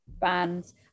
bands